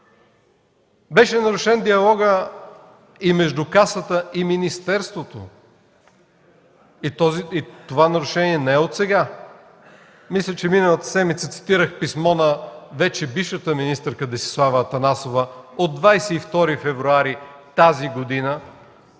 Беше нарушен диалогът и между Касата и Министерството. Това нарушение не е отсега. Мисля, че миналата седмица цитирах писмо на бившата министърка Десислава Атанасова от 22 февруари тази година,